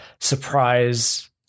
surprise